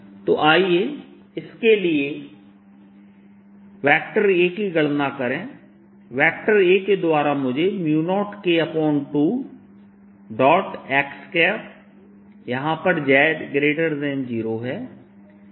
तो आइए इसके लिए A की गणना करें A के द्वारा मुझे 0K2 x यहां पर z 0 है